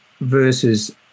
versus